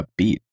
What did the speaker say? upbeat